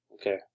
Okay